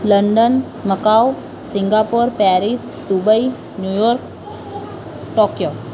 London Macao Singapore Paris Dubai New York Tokyo